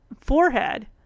forehead